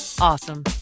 awesome